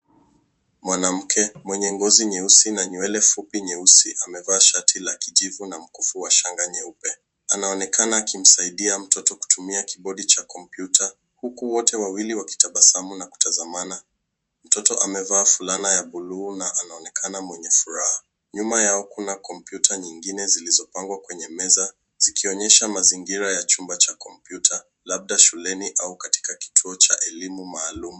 Mwanamke mwenye ngozi nyeusi na nywele fupi nyeusi amevaa shati la kijivu na mkufu wa shanga nyeupe. Anaonekana akimsaidia mtu kutumia kibodi cha kompyuta huku wote wakitabasamu na kutazamana. Mtoto amevaa fulana ya bluu na anaonekana mwenye furaha. Nyuma yao, kuna kompyuta nyingine zilizopangwa kwenye meza zikionyesha mazingira ya chumba cha kompyuta labda shuleni au katika kituo cha elimu maalum.